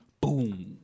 Boom